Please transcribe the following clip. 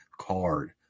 card